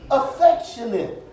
affectionate